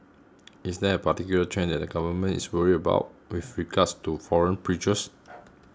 is there a particular trend that the Government is worried about with regards to foreign preachers